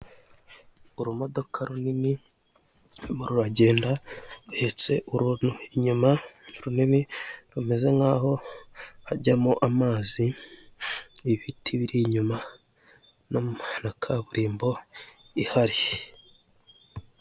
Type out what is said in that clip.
Urumodoka runini rurimo ruragenda, ruhetse uruntu inyuma runini rumeze nk'aho hajyamo amazi, ibiti biri inyuma, na kaburimbo ihari.